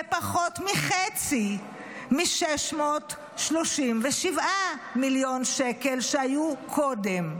פחות מחצי מ-637 מיליון שקל שהיו קודם.